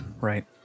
Right